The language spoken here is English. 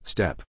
Step